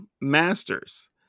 Masters